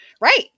Right